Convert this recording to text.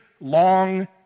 long